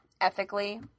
ethically